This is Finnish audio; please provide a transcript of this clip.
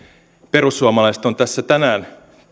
perussuomalaiset ovat tässä tänään